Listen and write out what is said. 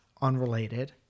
unrelated